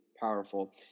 powerful